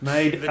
Made